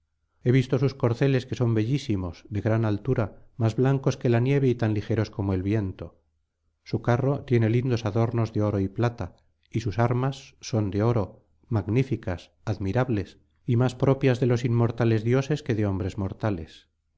he visto sus corceles que son bellísimos de gran altura más blancos que la nieve y tan ligeros como el viento su carro tiene lindos adornos de oro y plata y sus armas son de oro magníficas admirables y más propias de los inmortales dioses que de hombres mortales